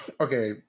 Okay